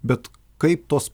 bet kaip tos